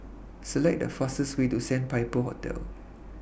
Select The fastest Way to Sandpiper Hotel